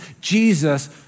Jesus